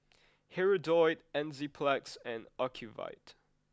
Hirudoid Enzyplex and Ocuvite